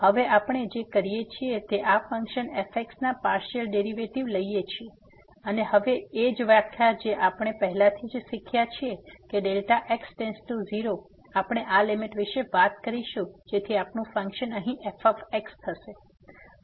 તેથી હવે આપણે જે કરીએ છીએ તે આ ફંક્શન fx ના પાર્સીઅલ ડેરીવેટીવ લઈએ છીએ અને હવે એ જ વ્યાખ્યા જે આપણે પહેલાથી જ શીખ્યા છે કે x0 આપણે આ લીમીટ વિશે વાત કરીશું જેથી આપણું ફંક્શન અહીં fx